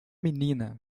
menina